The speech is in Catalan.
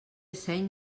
seny